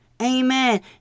Amen